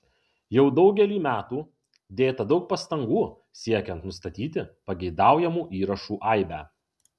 jau daugelį metų dėta daug pastangų siekiant nustatyti pageidaujamų įrašų aibę